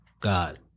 God